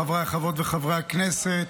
חבריי חברות וחברי הכנסת,